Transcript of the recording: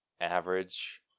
average